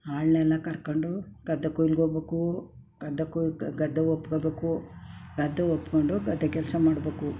ಆಳ್ನೆಲ್ಲ ಕರ್ಕೊಂಡು ಗದ್ದೆ ಕೊಯ್ಲ್ಗೆ ಹೋಗ್ಬೇಕು ಗದ್ದೆ ಕೊಯ್ ಗದ್ದೆ ಒಪ್ಕೊಳ್ಬೇಕು ಗದ್ದೆ ಒಪ್ಪಿಕೊಂಡು ಗದ್ದೆ ಕೆಲಸ ಮಾಡಬೇಕು